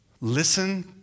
listen